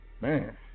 man